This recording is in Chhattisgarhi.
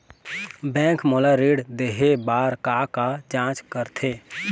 बैंक मोला ऋण देहे बार का का जांच करथे?